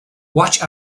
watch